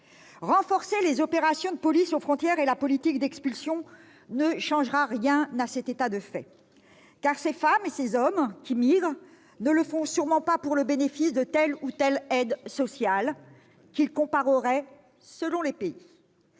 Renforcer les opérations de police aux frontières et la politique d'expulsion ne changera rien à cet état de fait. Ces femmes et ces hommes qui migrent ne le font sûrement pas pour bénéficier de telle ou telle aide sociale, qu'ils compareraient selon les pays.